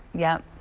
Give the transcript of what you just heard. yep.